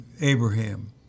Abraham